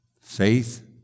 faith